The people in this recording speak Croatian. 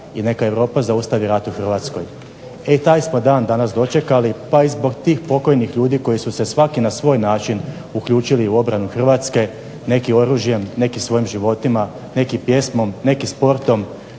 i neka europa zaustavi rat u Hrvatskoj". E taj smo dan danas dočekali pa i zbog tih pokojnih ljudi koji su se svaki na svoj način uključili u obranu Hrvatske, neki oružjem, neki svojim životima, neki pjesmom, neki sportom,